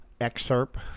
excerpt